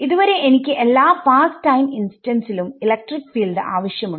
ഇതുവരെ എനിക്ക് എല്ലാ പാസ്ററ് ടൈം ഇൻസ്റ്റൻസിലും ഇലക്ട്രിക് ഫീൽഡ് ആവശ്യമുണ്ട്